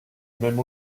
même